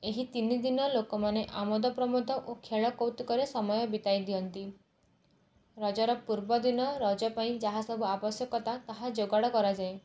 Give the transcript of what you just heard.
ଏହି ତିନି ଦିନ ଲୋକମାନେ ଆମୋଦ ପ୍ରମୋଦ ଓ ଖେଳ କୌତୁକରେ ସମୟ ବିତାଇ ଦିଅନ୍ତି ରଜର ପୂର୍ବ ଦିନ ରଜ ପାଇଁ ଯାହା ସବୁ ଆବଶ୍ୟକତା ତାହା ଯୋଗାଡ଼ କରାଯାଏ